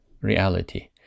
reality